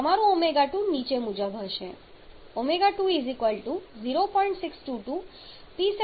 તમારું ω2 નીચે મુજબ હશે ω2 0